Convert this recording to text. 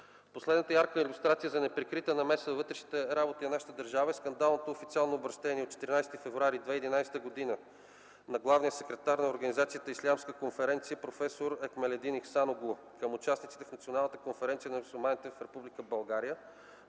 Последната ярка илюстрация за неприкрита намеса във вътрешните работи на нашата държава е скандалното официално обръщение от 14 февруари 2011 г. на главния секретар на организацията „Ислямска конференция” проф. Екмеледин Иханоглу към участниците в Националната конференция на мюсюлманите в Република България,